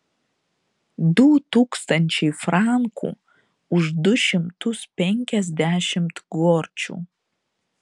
du tūkstančiai frankų už du šimtus penkiasdešimt gorčių